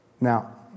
Now